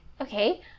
Okay